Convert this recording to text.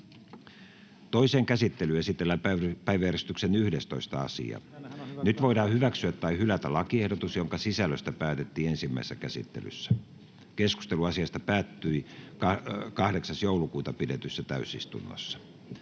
Toiseen käsittelyyn esitellään päiväjärjestyksen 11. asia. Nyt voidaan hyväksyä tai hylätä lakiehdotus, jonka sisällöstä päätettiin ensimmäisessä käsittelyssä. Keskustelu asiasta päättyi 8.12.2022 pidetyssä täysistunnossa.